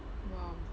!wow!